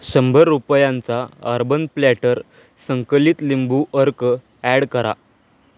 शंभर रुपयांचा urban platter संकलित लिंबू अर्क ॲड करा